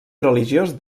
religiós